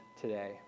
today